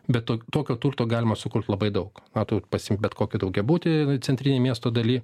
be to tokio turto galima sukurt labai daug matot pasiimt bet kokį daugiabutį centrinėj miesto daly